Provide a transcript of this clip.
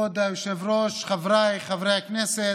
כבוד היושב-ראש, חבריי חברי הכנסת,